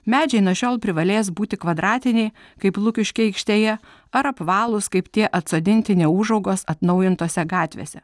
medžiai nuo šiol privalės būti kvadratiniai kaip lukiškių aikštėje ar apvalūs kaip tie atsodinti neūžaugos atnaujintose gatvėse